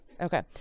Okay